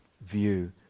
view